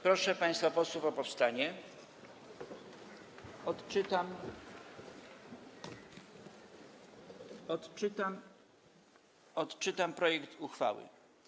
Proszę państwa posłów o powstanie, odczytam projekt uchwały.